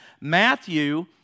Matthew